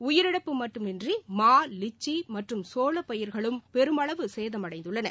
உயிரிழப்பு மட்டுமன்றி மா லிச்சி மற்றும் சோளப்பயிர்களும் பெருமளவு சேதமடைந்துள்ளன